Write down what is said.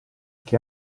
che